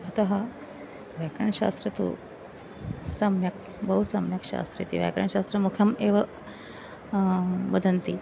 अतः व्याकरणशास्त्रं तु सम्यक् बहु सम्यक् शास्त्रम् इति व्याकरणशास्त्रं मुखम् एव वदन्ति